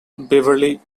beverly